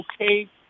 okay